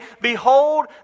Behold